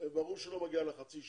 ברור שלא מגיע לה חצי שעה,